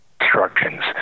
instructions